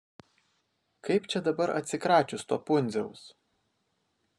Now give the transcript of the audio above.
kaip čia dabar atsikračius to pundziaus